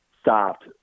stopped